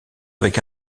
avec